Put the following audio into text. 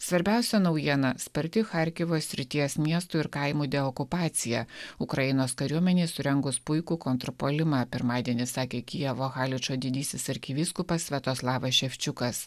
svarbiausia naujiena sparti charkivo srities miestų ir kaimų deokupacija ukrainos kariuomenei surengus puikų kontrpuolimą pirmadienį sakė kijevo haličo didysis arkivyskupas sviatoslavas ševčiukas